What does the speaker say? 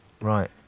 Right